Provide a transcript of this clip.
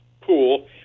pool